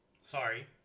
Sorry